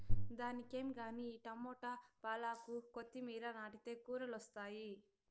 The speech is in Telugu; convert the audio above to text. దానికేం గానీ ఈ టమోట, పాలాకు, కొత్తిమీర నాటితే కూరలొస్తాయి